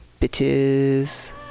bitches